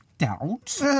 doubt